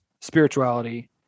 spirituality